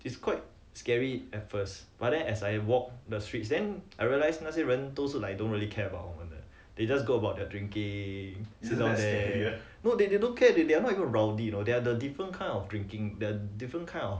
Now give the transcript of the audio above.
it's quite scary at first but then as I walked the streets then I realise 那些人都是 like don't really care about 我们的 they just go about their drinking just sit there no no they don't care they are not even rowdy you know they are different kind of drinking different kind of